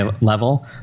level